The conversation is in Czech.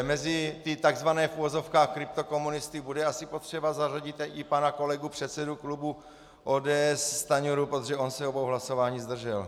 Mezi ty takzvané v uvozovkách kryptokomunisty bude asi potřeba zařadit i pana kolegu předsedu kubu ODS Stanjuru, protože on se obou hlasování zdržel.